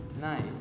Nice